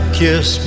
kiss